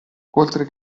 oltre